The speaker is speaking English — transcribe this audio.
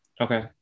okay